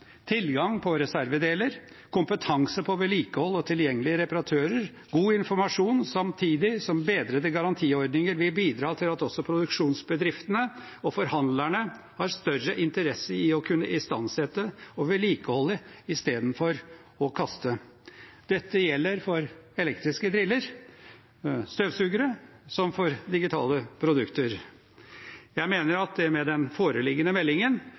tilgang på reservedeler, kompetanse på vedlikehold, tilgjengelige reparatører, god informasjon samt bedrede garantiordninger som vil bidra til at også produksjonsbedriftene og forhandlerne får større interesse i å kunne istandsette og vedlikeholde istedenfor å kaste. Dette gjelder for elektriske driller og støvsugere som for digitale produkter. Jeg mener at med den foreliggende meldingen